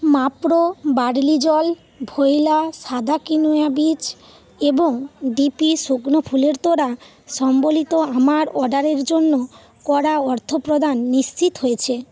Mapro barley জল Voila সাদা quinoa বীজ এবং ডিপি শুকনো ফুলের তোড়া সম্বলিত আমার অর্ডারের জন্য করা অর্থপ্রদান নিশ্চিত হয়েছে